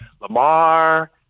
Lamar